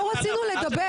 לא רצינו לדבר.